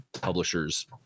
publishers